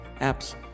apps